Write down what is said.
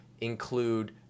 include